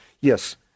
yes